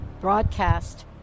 broadcast